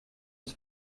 uns